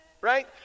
right